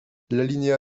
l’alinéa